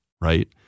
right